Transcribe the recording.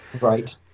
Right